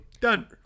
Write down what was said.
Done